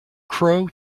crow